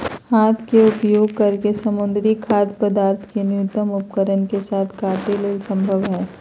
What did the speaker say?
हाथ के उपयोग करके समुद्री खाद्य पदार्थ के न्यूनतम उपकरण के साथ काटे ले संभव हइ